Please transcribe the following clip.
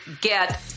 get